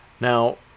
Now